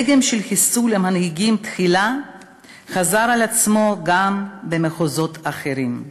הדגם של חיסול המנהיגים תחילה חזר על עצמו גם במחוזות אחרים.